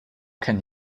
can